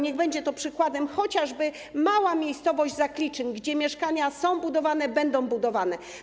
Niech będzie przykładem chociażby mała miejscowość Zakliczyn, gdzie mieszkania są budowane, będą budowane.